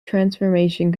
transformation